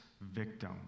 victim